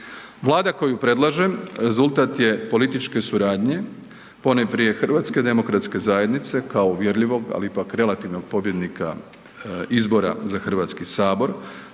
Vlada koju predlažem rezultat je političke suradnje, ponajprije HDZ-a kao uvjerljivog, ali ipak relativnog pobjednika izbora za Hrvatski sabor